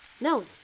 No